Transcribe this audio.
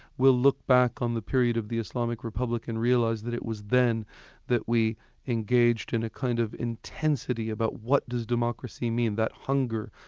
we'll look back on the period of the islamic republic and realise that it was then that we engaged in a kind of intensity about what does democracy mean? that hunger,